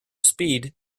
speed